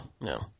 No